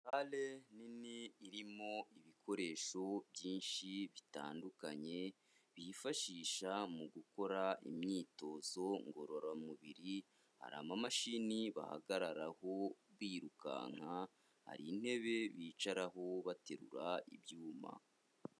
Sale nini irimo ibikoresho byinshi bitandukanye bifashisha mu gukora imyitozo ngororamubiri, hari amamashini bahagararaho birukanka, hari intebe bicaraho baterura ibyuma.